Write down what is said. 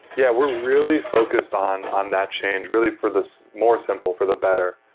yeah, we're really focused on on that change really for this more simple, for the better.